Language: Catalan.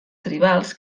tribals